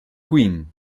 queen